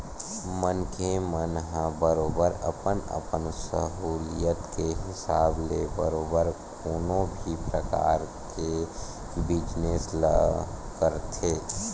मनखे मन ह बरोबर अपन अपन सहूलियत के हिसाब ले बरोबर कोनो भी परकार के बिजनेस ल करथे